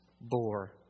bore